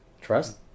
trust